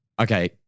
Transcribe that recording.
Okay